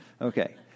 Okay